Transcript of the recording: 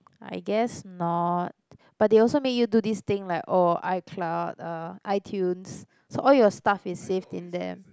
I guess not but they also make you do this thing like oh iCloud uh iTunes so all your stuff is saved in them